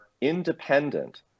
independent